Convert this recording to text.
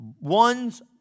One's